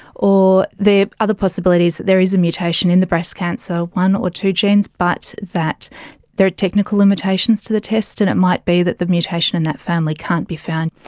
or the other possibility is that there is a mutation in the breast cancer so one or two genes but that there are technical limitations to the test and it might be that the mutation in that family can't be found.